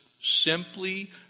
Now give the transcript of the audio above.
simply